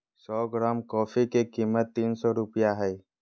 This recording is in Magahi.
सो ग्राम कॉफी के कीमत तीन सो रुपया हइ